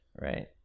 Right